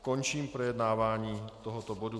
Končím projednávání tohoto bodu.